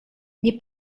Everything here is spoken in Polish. nie